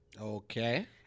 Okay